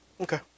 Okay